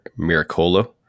miracolo